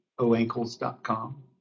oankles.com